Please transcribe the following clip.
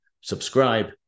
subscribe